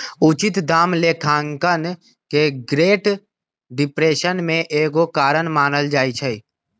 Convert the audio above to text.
उचित दाम लेखांकन के ग्रेट डिप्रेशन के एगो कारण मानल जाइ छइ